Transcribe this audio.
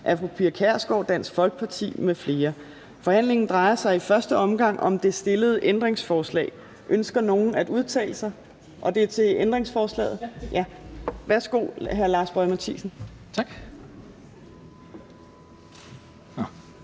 Fjerde næstformand (Trine Torp): Forhandlingen drejer sig i første omgang om det stillede ændringsforslag. Ønsker nogen at udtale sig? Og er det til ændringsforslaget? Ja. Værsgo, hr. Lars Boje Mathiesen. Kl.